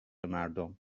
مردم